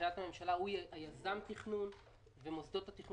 הממשלה הוא יזם התכנון ומוסדות התכנון